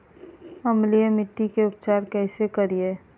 अम्लीय मिट्टी के उपचार कैसे करियाय?